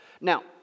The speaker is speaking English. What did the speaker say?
Now